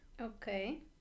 Okay